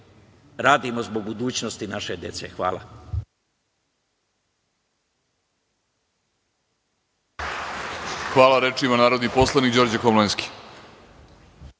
radimo zbog budućnosti naše dece. Hvala.